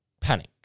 panic